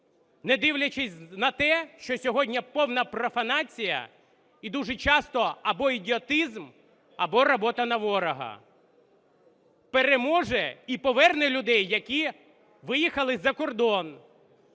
не дивлячись на те, що сьогодні повна профанація і дуже часто або ідіотизм, або робота на ворога. Переможе і поверне людей, які виїхали за кордон,